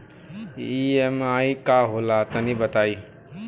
EMI का होला तनि बताई?